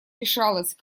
решалось